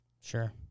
Sure